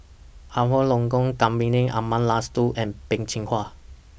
Abraham Logan Kavignareru Amallathasan and Peh Chin Hua